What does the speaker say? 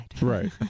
Right